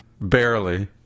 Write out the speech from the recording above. Barely